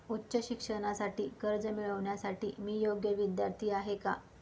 उच्च शिक्षणासाठी कर्ज मिळविण्यासाठी मी योग्य विद्यार्थी आहे का?